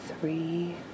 three